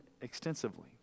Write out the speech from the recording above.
extensively